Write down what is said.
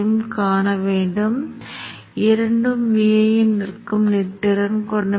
நிலை மதிப்புகளில் ஏதேனும் மாற்றத்தைத் தவிர நீங்கள் உருவகப்படுத்துதல் 0 முதல் 10 மில்லி விநாடிகள் வரை இயக்க வேண்டும்